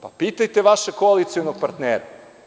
Pa pitajte vašeg koalicionog partnera.